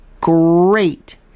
great